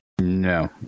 No